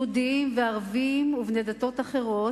יהודים וערבים ובני דתות אחרות,